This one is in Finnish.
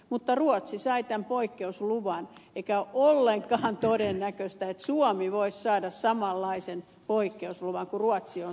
mutta ruotsi sai tämän poikkeusluvan eikä ole ollenkaan todennäköistä että suomi voisi saada samanlaisen poikkeusluvan kuin ruotsi on saanut